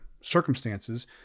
circumstances